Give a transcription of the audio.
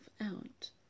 out